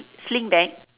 sling bag